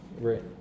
right